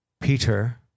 Peter